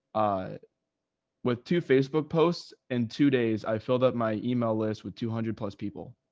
ah with two facebook posts and two days i filled up my email lists with two hundred plus people.